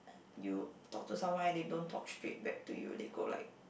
you talk to someone and they don't talk straight back to you they go like